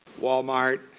Walmart